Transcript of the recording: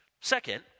Second